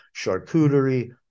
charcuterie